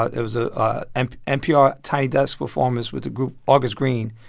ah it was a ah and npr tiny desk performance with the group august greene.